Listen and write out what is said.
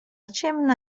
ciemna